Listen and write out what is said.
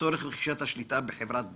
לצורך רכישת השליטה בחברת בזק?